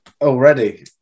already